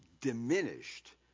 diminished